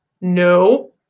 no